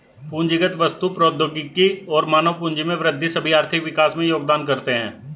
पूंजीगत वस्तु, प्रौद्योगिकी और मानव पूंजी में वृद्धि सभी आर्थिक विकास में योगदान करते है